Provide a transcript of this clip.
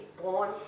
born